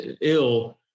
ill